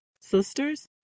Sisters